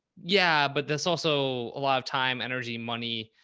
yeah, but this also a lot of time, energy, money,